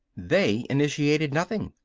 they initiated nothing.